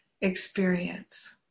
experience